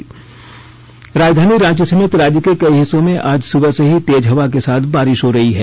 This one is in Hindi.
मौसम राजधानी रांची समेत राज्य के कई हिस्सों में आज सुबह से ही तेज हवा के साथ बारिश हो रही है